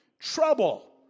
Trouble